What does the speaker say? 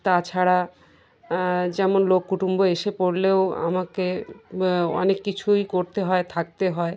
তা ছাড়া যেমন লোক কুটুম্ব এসে পড়লেও আমাকে অনেক কিছুই করতে হয় থাকতে হয়